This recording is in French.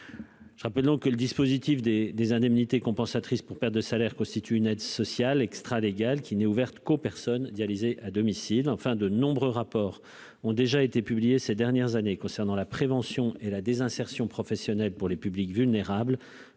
je rappelle donc que le dispositif des des indemnités compensatrices pour perte de salaire constitue une aide sociale extra-légale qui n'est ouverte qu'aux personnes dialysés à domicile, enfin, de nombreux rapports ont déjà été publiés ces dernières années concernant la prévention et la désinsertion professionnelle pour les publics vulnérables,